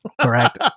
Correct